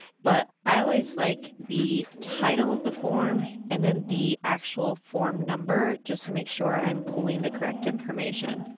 but i always like the title of the form and then the actual form number just to make sure i'm pulling the correct information.